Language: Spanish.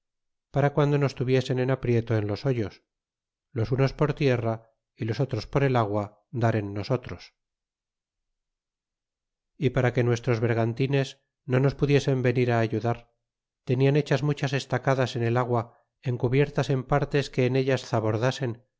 para guando nos tuviesen en aprieto en los hoyos los unos por tierra y los otros por el agua dar en nosotros y para que nuestros bergantines no nos pudiesen venir ayudar tenian hechas muchas estacadas en el agua encubiertas en partes que en ellas zabordasen